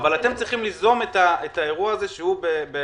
אבל אתם צריכים ליזום את האירוע הזה שהוא באחריותכם,